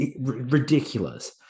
ridiculous